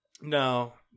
no